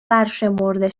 برشمرده